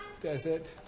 Desert